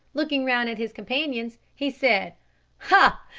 looking round at his companions, he said ha!